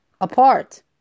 apart